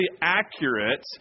accurate